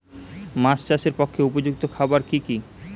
মাছ চাষের পক্ষে উপযুক্ত খাবার কি কি?